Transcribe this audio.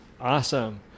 Awesome